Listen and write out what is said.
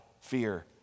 fear